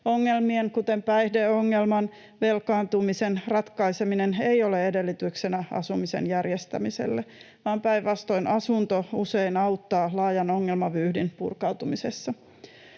Ongelmien, kuten päihdeongelman, velkaantumisen, ratkaiseminen ei ole edellytyksenä asumisen järjestämiselle, vaan päinvastoin asunto usein auttaa laajan ongelmavyyhdin purkautumisessa.